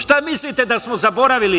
Šta mislite da smo zaboravili to?